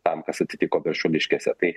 tam kas atsitiko viršuliškėse tai